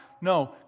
No